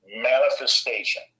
Manifestation